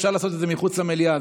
אפשר לעשות את זה מחוץ למליאה.